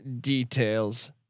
details